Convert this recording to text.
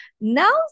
now